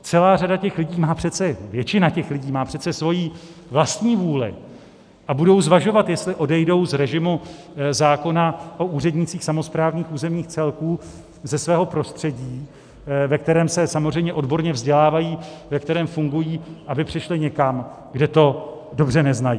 Celá řada těch lidí má přece, většina těch lidí má přece svoji vlastní vůli a budou zvažovat, jestli odejdou z režimu zákona o úřednících samosprávných územních celků, ze svého prostředí, ve kterém se samozřejmě odborně vzdělávají, ve kterém fungují, aby přešli někam, kde to dobře neznají.